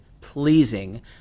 pleasing